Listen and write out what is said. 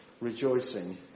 rejoicing